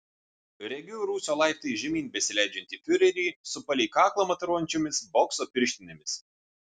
regiu rūsio laiptais žemyn besileidžiantį fiurerį su palei kaklą mataruojančiomis bokso pirštinėmis